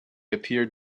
appeared